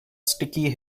sticky